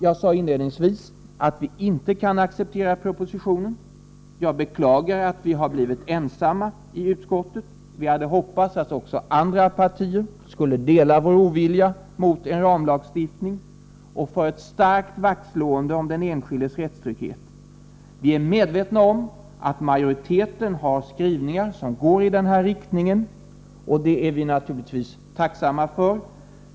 Jag sade inledningsvis att vi inte kan acceptera propositionen. Vi beklagar att vi har blivit ensamma om vårt ställningstagande i utskottet. Vi hade hoppats att andra partier skulle dela vår tvekan och vara för ett starkt vaktslående om den enskildes rättstrygghet. Vi är medvetna om att majoriteten har skrivningar som går i denna riktning, och det är vi naturligtvis tacksamma för.